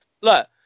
Look